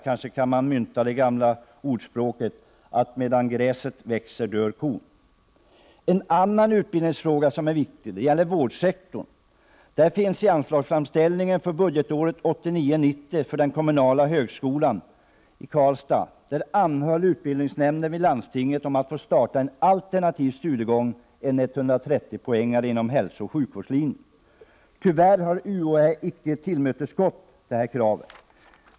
Man kan kanske använda det gamla ordspråket: ”Medan gräset växer dör kon.” En annan utbildningsfråga som är viktig gäller vårdsektorn. I anslagsframställningen för budgetåret 1989/90 för den kommunala högskolan i Karlstad anhöll utbildningsnämnden vid landstinget i Värmland om att få starta alternativ studiegång på 130 poäng inom hälsooch sjukvårdslinjen. Tyvärr har UHÄ inte tillmötesgått det här kravet.